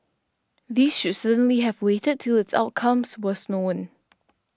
these should certainly have waited till its outcomes was known